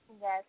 Yes